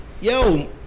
yo